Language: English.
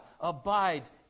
abides